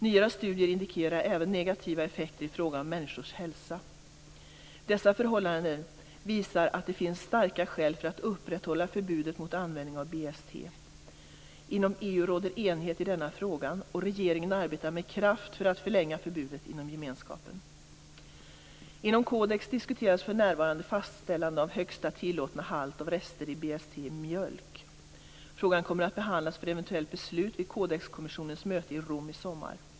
Nyare studier indikerar även negativa effekter i fråga om människors hälsa. Dessa förhållanden visar att det finns starka skäl för att upprätthålla förbudet mot användning av BST. Inom EU råder enighet i denna fråga, och regeringen arbetar med kraft för att förlänga förbudet inom gemenskapen. Inom Codex diskuteras för närvarande fastställande av högsta tillåtna halt av rester av BST i mjölk. Frågan kommer att behandlas för eventuellt beslut vid Codexkommissionens möte i Rom i sommar.